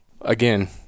Again